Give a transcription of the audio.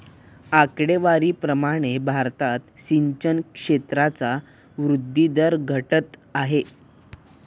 आकडेवारी प्रमाणे भारतात सिंचन क्षेत्राचा वृद्धी दर घटत आहे